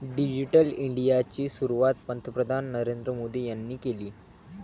digital इंडियाची सुरुवात पंतप्रधान नरेंद्र मोदी यांनी केली